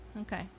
Okay